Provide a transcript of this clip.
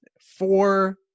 four